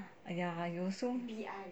!aiya! you also